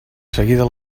seguida